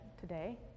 today